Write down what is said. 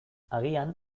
agian